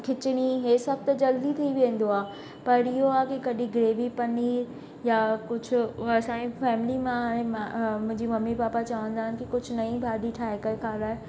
खिचड़ी हे सभु त जल्दी थी वेंदो आहे पर इहो आहे की कॾहिं ग्रेवी पनीर या कुझु असांजे फैमिली मां हाणे मुंहिंजी मम्मी पापा चवंदा आहिनि की कुझु नई भाॼी ठाहे करे खाराए